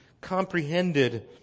comprehended